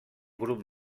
grup